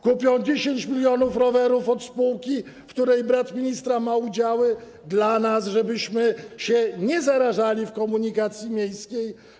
Kupią 10 mln rowerów od spółki, w której brat ministra ma udziały, dla nas, żebyśmy się nie zarażali w komunikacji miejskiej.